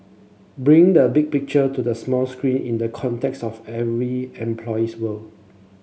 bringing the big picture to the small screen in the context of every employee's world